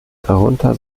darunter